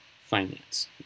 finance